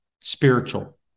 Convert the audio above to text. spiritual